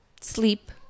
sleep